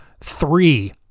three